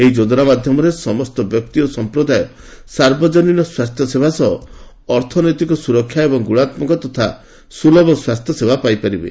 ଏହି ଯୋଜନା ମାଧ୍ୟମରେ ସମସ୍ତ ବ୍ୟକ୍ତି ଓ ସମ୍ପ୍ରଦାୟ ସାର୍ବଜନୀନ ସ୍ୱାସ୍ଥ୍ୟସେବା ସହ ଅର୍ଥନୈତିକ ସୁରକ୍ଷା ଏବଂ ଗୁଣାତ୍ମକ ତଥା ସୁଲଭ ସ୍ୱାସ୍ଥ୍ୟସେବା ପାଇପାରିବେ